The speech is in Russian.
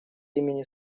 имени